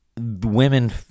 women